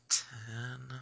ten